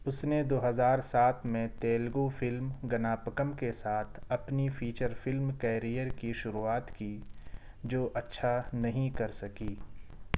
اس نے دو ہزار سات میں تیلگو فلم گناپکم کے ساتھ اپنی فیچر فلم کیریئر کی شروعات کی جو اچھا نہیں کر سکی